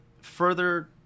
further